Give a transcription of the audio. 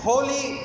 Holy